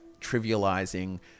trivializing